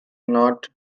not